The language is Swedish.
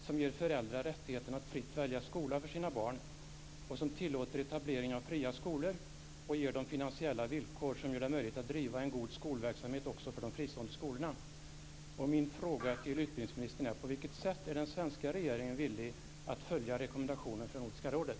Denna ger föräldrar rättigheten att fritt välja skola för sina barn, tillåter etablering av fria skolor och ger dem finansiella villkor som gör det möjligt också för de fristående skolorna att driva en god skolverksamhet. Min fråga till utbildningsministern är: På vilket sätt är den svenska regeringen villig att följa rekommendationen från Nordiska rådet?